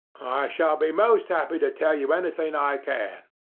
shall be most happy to tell you anything i can,